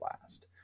last